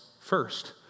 first